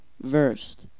Versed